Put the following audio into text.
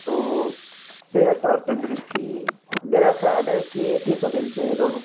تو صحت اور تندرستی میرا خیال ہے کہ ایک ہی قبیل سے ہیں دونوں